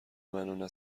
منو، نه